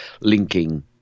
linking